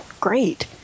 Great